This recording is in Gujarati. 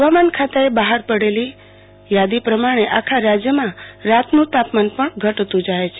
હવામાન ખાતાએ બહાર પાડેલી યાદી પ્રમાણે આખા રાજયમાં રાતનું તાપમાન પણ ઘટતું જાય છે